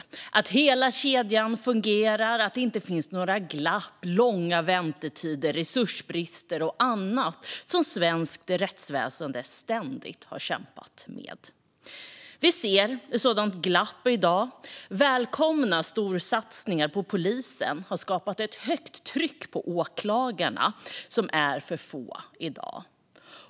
Det är viktigt att hela kedjan fungerar och att det inte finns glapp, långa väntetider, resursbrist och annat som svenskt rättsväsen ständigt har kämpat med. Vi ser ett sådant glapp i dag. Välkomna storsatsningar på polisen har skapat ett högt tryck på åklagarna, som är för få i dag.